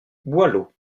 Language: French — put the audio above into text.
boileau